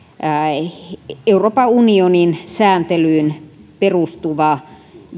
euroopan unionin sääntelyyn perustuva